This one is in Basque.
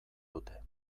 dute